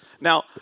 Now